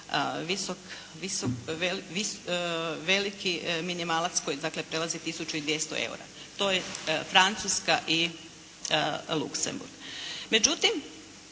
veliki minimalac koji, dakle prelazi 1200 eura. To je Francuska i Luxemburg. Međutim,